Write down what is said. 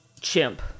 chimp